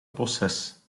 proces